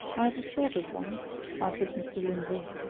i've a sort of one answered mr. lindsey.